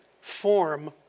form